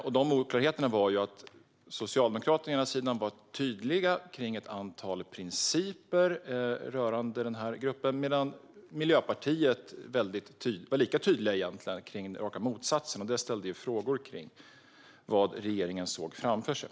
Dessa oklarheter var att Socialdemokraterna å ena sidan var tydliga om ett antal principer rörande denna grupp, medan Miljöpartiet var lika tydliga med raka motsatsen. Detta väckte frågor om vad regeringen såg framför sig.